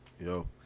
Yo